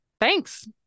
Thanks